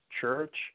church